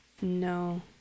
No